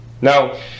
Now